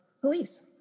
police